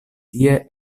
tie